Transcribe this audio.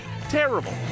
terrible